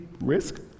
risk